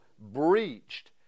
breached